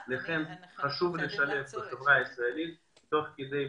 לכן חשוב לשלב בחברה הישראלית תוך מתן